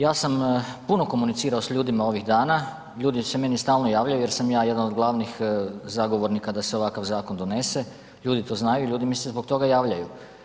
Ja sam puno komunicirao s ljudima ovih dana, ljudi se meni stalno javljaju jer sam ja jedan od glavnih zagovornika da se ovakav zakon donese, ljudi to znaju i ljudi mi se zbog toga javljaju.